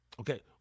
Okay